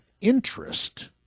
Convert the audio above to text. interest